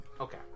Okay